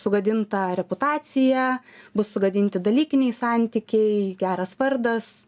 sugadinta reputacija bus sugadinti dalykiniai santykiai geras vardas